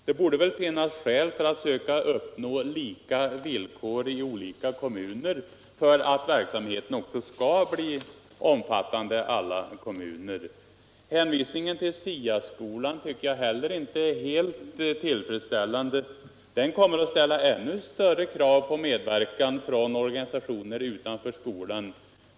Det borde väl finnas skäl för att söka uppnå lika villkor i olika kommuner, så att verksamheten når alla. Hänvisning till skolans inre arbete tycker jag inte heller är helt tillfredsställande. Det kommer att ställa ännu större krav på medverkan från organisationer utanför skolan.